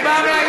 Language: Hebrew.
זה בא מהתנ"ך,